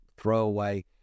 throwaway